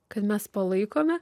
kad mes palaikome